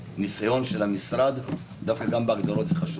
מניסיון של המשרד, אני חושב שגם בהגדרות זה חשוב.